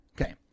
okay